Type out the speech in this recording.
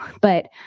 but-